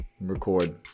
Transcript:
record